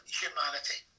humanity